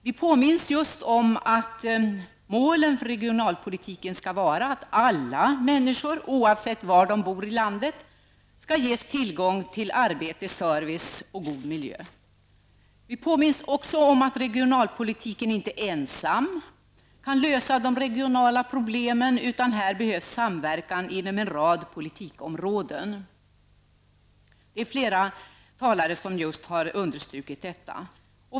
Vi påminns om att målen för regionalpolitiken skall vara att alla människor, oavsett var de bor i landet, skall ges tillgång till arbete, service och god miljö. Vi påminns också om att regionalpolitiken inte ensam kan lösa de regionala problemen, utan här behövs samverkan inom en rad politikområden. Flera talare har understrukit detta.